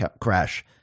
crash